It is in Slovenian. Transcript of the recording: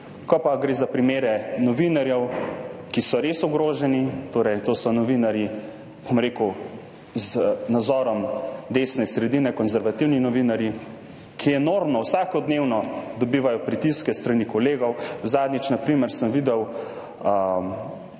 Ko pa gre za primere novinarjev, ki so res ogroženi, to so novinarji z nazorom desne sredine, konservativni novinarji, ki enormno, vsakodnevno dobivajo pritiske s strani kolegov – zadnjič sem na primer videl